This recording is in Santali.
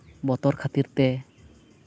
ᱵᱚᱛᱚᱨ ᱠᱷᱟᱹᱛᱤᱨ ᱛᱮ